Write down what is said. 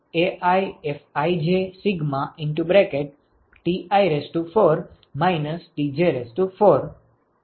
તેથી QnetAiFijTi4 Tj4